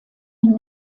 ihn